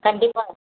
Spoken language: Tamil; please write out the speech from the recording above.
கண்டிப்பாக